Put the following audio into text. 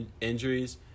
injuries